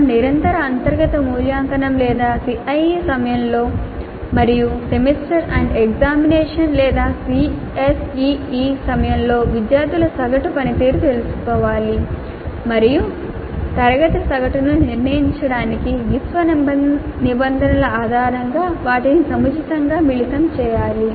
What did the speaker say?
మేము నిరంతర అంతర్గత మూల్యాంకనం లేదా CIE సమయంలో మరియు సెమిస్టర్ ఎండ్ ఎగ్జామినేషన్ లేదా SEE సమయంలో విద్యార్థుల సగటు పనితీరును తీసుకోవాలి మరియు తరగతి సగటును నిర్ణయించడానికి విశ్వ నిబంధనల ఆధారంగా వాటిని సముచితంగా మిళితం చేయాలి